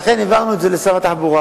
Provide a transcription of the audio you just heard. לכן העברנו את זה לשר התחבורה.